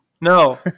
no